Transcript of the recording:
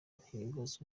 by’ibibazo